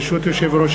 ברשות יושב-ראש